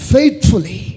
Faithfully